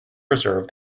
preserve